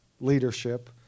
leadership